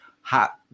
Hot